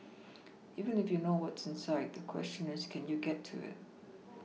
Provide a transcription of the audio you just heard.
even if you know what's inside the question is can you get to it